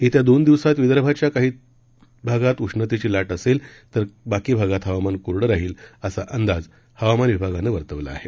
येत्या दोन दिवसात विदर्भाच्या काही तुरळक भागात उष्णतेची लाट असेल तर बाकी भागात हवामान कोरडं राहील असा अंदाज हवामानविभागानं वर्तवला आहे